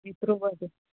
एतिरो